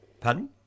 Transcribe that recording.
Pardon